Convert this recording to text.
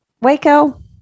Waco